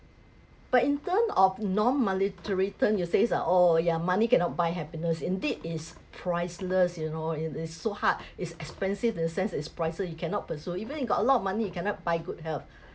but in term of non monetary term you say ah oh ya money cannot buy happiness indeed it's priceless you know it is so hard it's expensive in the sense that it's priceless you cannot pursue even you got a lot of money you cannot buy good health